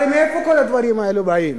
הרי מאיפה כל הדברים האלה באים?